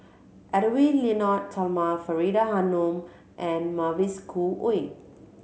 Edwy Lyonet Talma Faridah Hanum and Mavis Khoo Oei